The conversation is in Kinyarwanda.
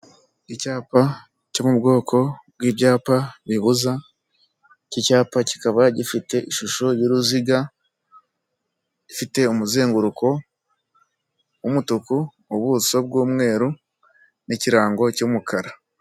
Icyapa cyo mu bwoko bw'ibyapa bibuza, iki cyapa kikaba gifite ishusho y'uruziga, gifite umuzenguruko w'umutuku, ubuso bw'umweru n'ikirango cy'umukara.